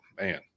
Man